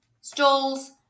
stalls